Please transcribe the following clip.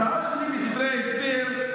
בהצעה שלי בדברי ההסבר,